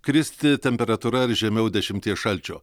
kristi temperatūra ir žemiau dešimties šalčio